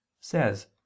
says